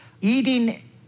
eating